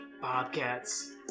Bobcats